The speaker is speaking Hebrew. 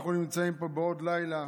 אנחנו נמצאים פה בעוד לילה